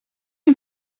een